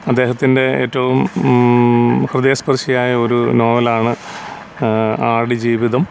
അദ്ദേഹത്തിൻ്റെ ഏറ്റവും ഹൃദയ സ്പർശിയായ ഒരു നോവലാണ് ആടുജീവിതം